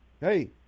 Hey